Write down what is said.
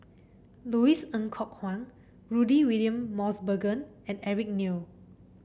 Louis Ng Kok Kwang Rudy William Mosbergen and Eric Neo